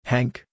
Hank